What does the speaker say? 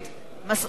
מסעוד גנאים,